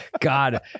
god